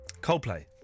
Coldplay